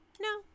No